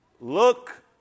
Look